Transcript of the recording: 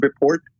report